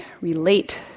relate